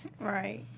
Right